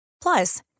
Plus